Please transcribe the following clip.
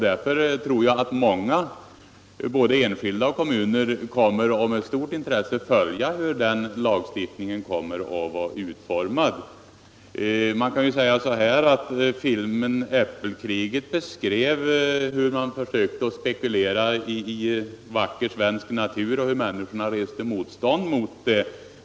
Därför tror jag att många, både enskilda och kommuner, kommer att med stort intresse följa hur ifrågavarande lagstiftning utformas. Filmen Äppelkriget beskrev hur man försökte spekulera i vacker svensk natur och hur människorna reste motstånd mot det.